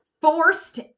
Forced